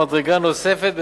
מדרגה נוספת,